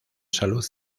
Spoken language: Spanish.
salud